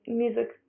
music